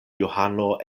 johano